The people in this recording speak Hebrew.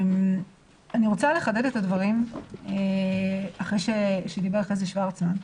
אני רוצה לחדד את הדברים אחרי שדיבר חזי שוורצמן.